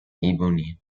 ebony